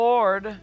Lord